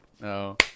No